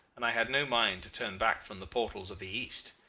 and i had no mind to turn back from the portals of the east.